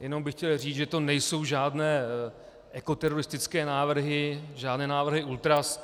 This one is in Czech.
Jenom bych chtěl říct, že to nejsou žádné teroristické návrhy, žádné návrhy ultras.